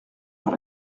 par